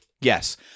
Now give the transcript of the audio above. Yes